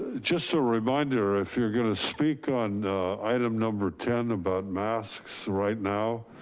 just a reminder if you're gonna speak on item number ten about masks right now,